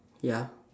ya